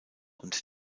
und